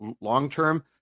long-term